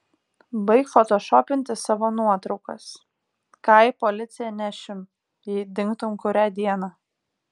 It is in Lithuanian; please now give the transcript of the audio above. baik fotošopinti savo nuotraukas ką į policiją nešim jei dingtum kurią dieną